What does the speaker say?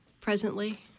presently